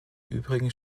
übrigen